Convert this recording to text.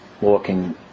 walking